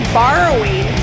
borrowing